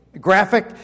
graphic